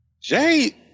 Jay